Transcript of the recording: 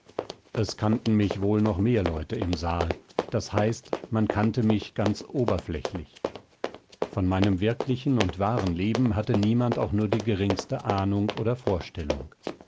es kannten mich wohl noch mehr leute im saal das heißt man kannte mich ganz oberflächlich von meinem wirklichen und wahren leben hatte niemand auch nur die geringste ahnung oder vorstellung